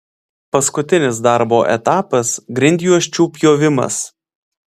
paskutinis darbo etapas grindjuosčių pjovimas